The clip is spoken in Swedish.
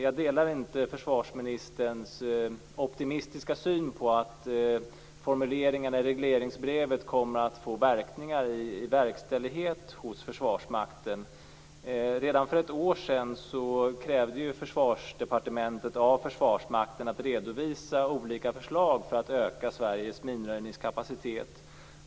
Jag delar inte försvarsministerns optimistiska syn på att formuleringarna i regleringsbrevet kommer att få verkningar i verkställighet hos Försvarsmakten. Redan för ett år sedan krävde Försvarsdepartementet av Försvarsmakten att man skulle redovisa olika förslag för att öka Sveriges minröjningskapacitet.